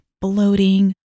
bloating